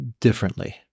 differently